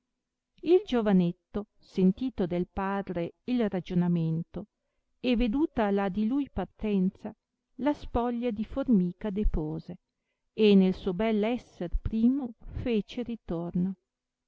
il giovanetto sentito del padre il ragionamento e veduta la di lui partenza la spoglia di formica depose e nel suo bel esser primo fece ritorno